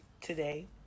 today